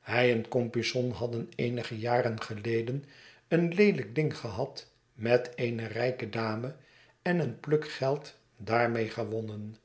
hij en compeyson hadden eenige jaren geleden een leelijk ding gehad met eene rijke dame en een pluk geld daarmee gewonnen